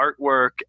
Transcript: artwork